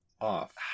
Off